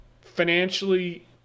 financially